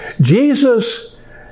Jesus